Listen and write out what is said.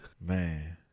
Man